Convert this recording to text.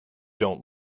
don’t